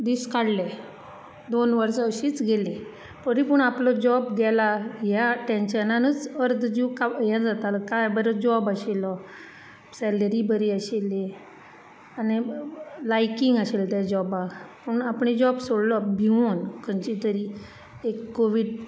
दीस काडले दोन वर्सां अशींच गेली तरी पूण आपलो जॉब गेलां ह्या टेन्शनानुच अर्धो जिव का ये जातालो कांय बरो जॉब आशिल्लो सेलरी बरी आशिल्ली आनी लायकिंग आशिल्ली त्या जॉबाक पूण आपणें जॉब सोडलो भिवुन खंयचे तरी एक कोविड